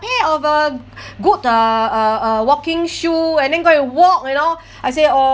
pair of a good uh uh uh walking shoe and then go and walk you know I say oh